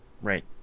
Right